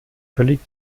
völlig